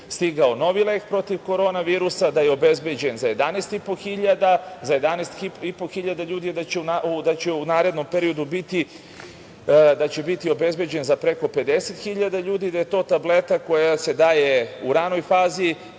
stigao novi lek protiv korona virusa, da je obezbeđen za 11.500 ljudi, da će u narednom periodu biti obezbeđen za preko 50.000 ljudi, da je to tableta koja se daje u ranoj fazi